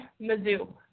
Mizzou